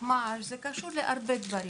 לתחמ"ש וזה קשור לעוד הרבה מאוד דברים.